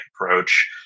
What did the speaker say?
approach